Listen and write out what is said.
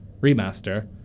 remaster